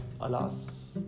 alas